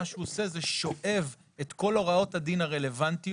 מה שהוא עושה זה שואב את כל הוראות הדין הרלוונטיות